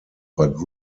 but